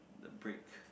the break